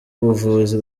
ubuvuzi